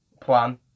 plan